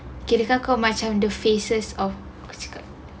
okay the kakao macam the face of apa cakap